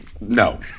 no